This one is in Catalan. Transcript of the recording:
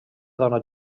dona